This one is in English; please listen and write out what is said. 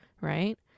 right